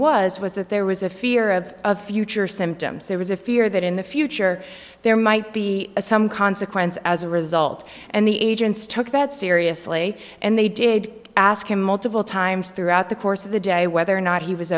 was was that there was a fear of a future symptoms there was a fear that in the future there might be some consequences as a result and the agents took that seriously and they did ask him multiple times throughout the course of the day whether or not he was